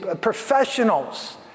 professionals